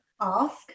ask